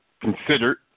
considered